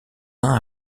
uns